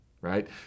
right